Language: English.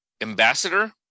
ambassador